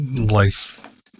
life